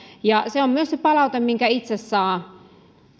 se on myös se palaute minkä itse saa